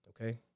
Okay